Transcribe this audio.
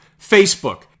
Facebook